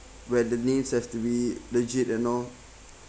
where the names have to be legit and all